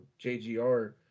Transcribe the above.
JGR